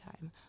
time